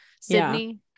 Sydney